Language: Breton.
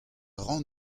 ran